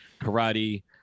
karate